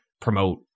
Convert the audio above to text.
promote